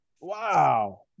Wow